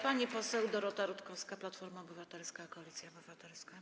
Pani poseł Dorota Rutkowska, Platforma Obywatelska - Koalicja Obywatelska.